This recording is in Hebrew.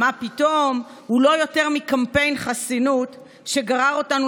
מה פתאום?" הוא לא יותר מקמפיין חסינות שגרר אותנו